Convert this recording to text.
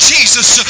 Jesus